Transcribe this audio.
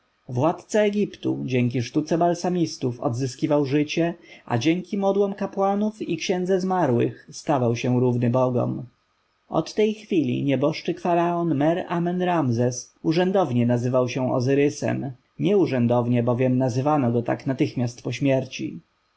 władca egiptu dzięki sztuce balsamistów odzyskiwał życie a dzięki modłom kapłanów i księdze zmarłych stawał się równy bogom od tej chwili nieboszczyk faraon mer-amen-ramzes urzędownie nazywał się ozyrysem nieurzędownie bowiem nazywano go tak natychmiast po śmierci